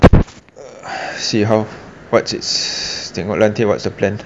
see how what's it's tangled lantern what's the plan